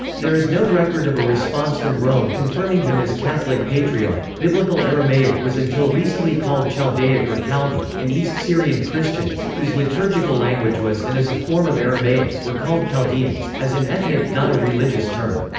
there is no record of a response from rome confirming him as catholic patriarch biblical aramaic was until recently called chaldaic or chaldee, and east syrian christians, whose liturgical language was and is a form of aramaic, were called chaldeans, as an ethnic, not a religious term.